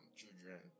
children